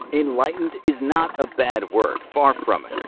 enlightened is not a bad word, far from it,